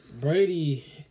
Brady